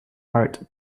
heart